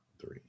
three